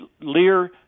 Lear